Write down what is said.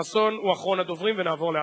חבר הכנסת חסון הוא אחרון הדוברים, ונעבור להצבעה.